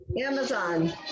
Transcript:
Amazon